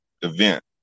event